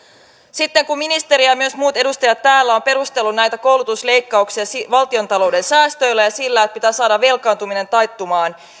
sitten kun ministeri ja ja myös muut edustajat täällä ovat perustelleet näitä koulutusleikkauksia valtiontalouden säästöillä ja sillä että pitää saada velkaantuminen taittumaan